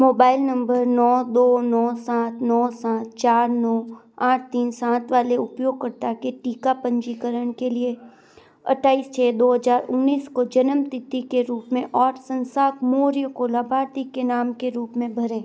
mobile नम्बर नौ दो नौ सात नौ सात चार नौ आठ तीन सात वाले उपयोगकर्ता के टीका पंजीकरण के लिए अट्ठाईस छः दो हज़ार उन्नीस को जन्म तिथि के रूप में और शशांक मौर्य को लाभार्थी के नाम के रूप में भरें